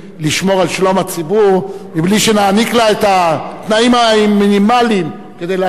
על שלום הציבור מבלי שנעניק לה את התנאים המינימליים כדי לעשות זאת.